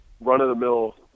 run-of-the-mill